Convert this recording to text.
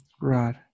Right